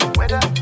weather